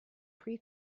pre